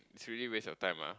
it's really waste your time lah